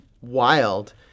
wild